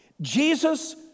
Jesus